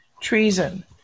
Treason